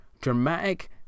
dramatic